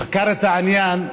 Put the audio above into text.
חקר את העניין,